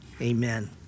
Amen